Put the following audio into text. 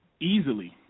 easily